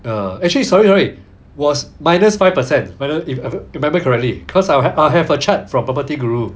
uh actually sorry right was minus five percent but uh if if you remember correctly cause I'll have I have a chart from property guru